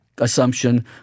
Assumption